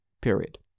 Period